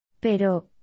Pero